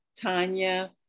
Tanya